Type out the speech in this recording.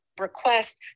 request